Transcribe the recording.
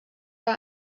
war